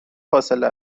فاصله